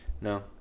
No